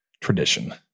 tradition